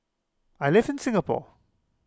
I live in Singapore